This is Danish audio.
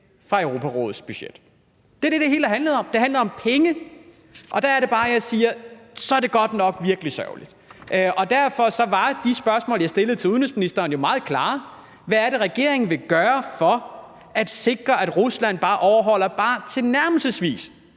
fra Europarådets budget. Det er det, det hele har handlet om. Det har handlet om penge. Og der er det bare, jeg siger, at så er det godt nok virkelig sørgeligt. Derfor var de spørgsmål, jeg stillede til udenrigsministeren, jo meget klare: Hvad er det, regeringen vil gøre for at sikre, at Rusland bare tilnærmelsesvis